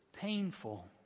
painful